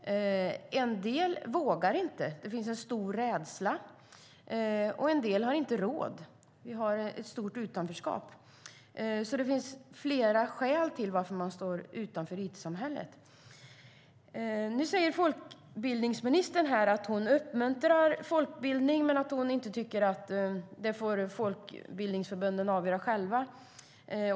Andra vågar inte - det finns en stor rädsla. Åter andra har inte råd - vi har ett stort utanförskap. Det finns alltså flera skäl till att man står utanför it-samhället. Nu säger folkbildningsministern att hon uppmuntrar folkbildning men att hon tycker att folkbildningsförbunden får avgöra själva.